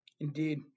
Indeed